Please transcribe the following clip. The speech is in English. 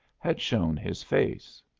had shown his face.